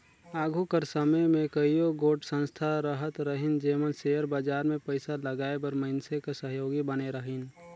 आघु कर समे में कइयो गोट संस्था रहत रहिन जेमन सेयर बजार में पइसा लगाए बर मइनसे कर सहयोगी बने रहिन